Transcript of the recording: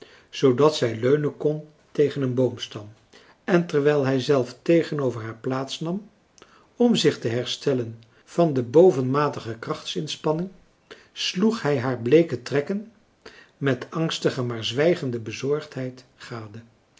zoodat zij leunen kon tegen een boomstam en terwijl hij zelf tegenover haar plaats nam om zich te herstellen van de bovenmatige krachtsinspanning sloeg hij haar bleeke trekken met angstige maar zwijgende bezorgdheid gade